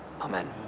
Amen